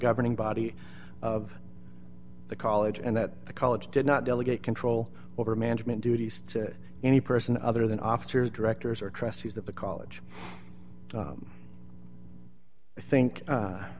governing body of the college and that the college did not delegate control over management duties to any person other than officers directors or trustees of the college i think